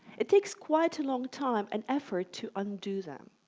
it takes quite a long time and effort to undo them,